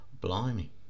Blimey